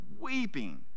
weeping